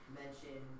mention